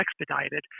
expedited